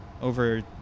over